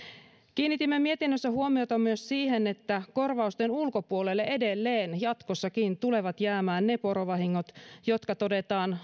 kiinnitimme mietinnössä huomiota myös siihen että korvausten ulkopuolelle edelleen jatkossakin tulevat jäämään ne porovahingot jotka todetaan